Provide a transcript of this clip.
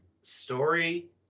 Story